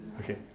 Okay